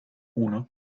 uno